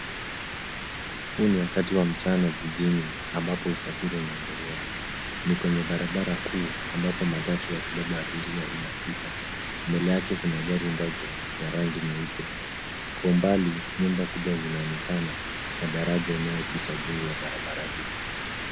Huu ni wakati wa mchana jijini ambapo usafiri unaendelea. NI kwenye barabara kuu ambapo matatu ya kubeba abiria inapita. Mbela yake kuna gari ndogo ya rangi nyeupe. Kwa umbali, nyumba kubwa zinaonekana, na daraja inayopita juu ya barabara hii.